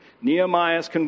Nehemiah's